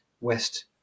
West